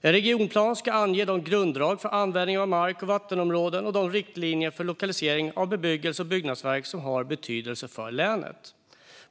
En regionplan ska ange de grunddrag för användning av mark och vattenområden och de riktlinjer för lokalisering av bebyggelse och byggnadsverk som har betydelse för länet.